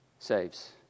saves